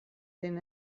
den